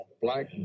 black